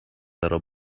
little